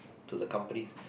to the company